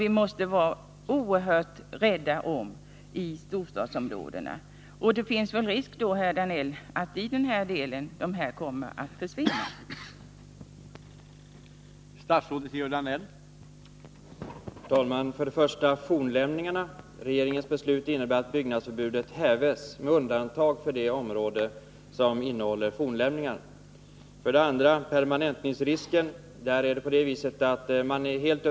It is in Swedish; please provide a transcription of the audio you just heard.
Vi måste vara oerhört rädda om grönområdena i storstadsregionerna, och det finns väl en risk, herr Danell, för att dessa kommer att försvinna i den här delen.